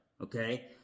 okay